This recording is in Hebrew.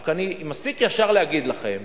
רק אני מספיק ישר להגיד לכם,